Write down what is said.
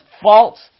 False